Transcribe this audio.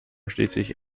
schließlich